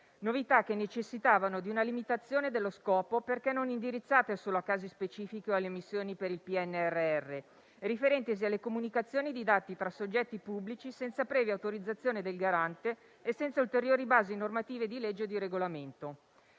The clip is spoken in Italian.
che necessitavano di una limitazione dello scopo perché non indirizzate solo a casi specifici o alle missioni per il PNRR, riferentesi alle comunicazioni di dati tra soggetti pubblici senza previa autorizzazione del Garante e senza ulteriori basi normative di legge o di regolamento.